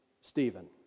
Stephen